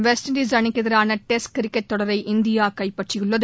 west Indies அணிக்கு எதிரான test cricket தொடரை இந்தியா கைப்பற்றியுள்ளது